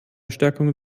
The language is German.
stärkung